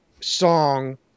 song